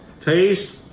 Taste